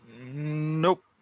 Nope